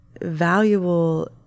valuable